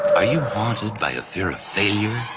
are you haunted by a fear of failure?